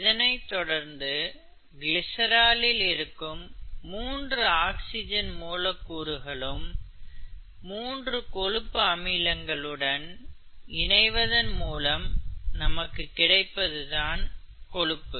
இதனைத் தொடர்ந்து கிளிசராலில் இருக்கும் மூன்று ஆக்சிஜன் மூலக் கூறுகளிலும் 3 கொழுப்பு அமிலங்களுடன் இணைவதன் மூலம் நமக்கு கிடைப்பது தான் கொழுப்பு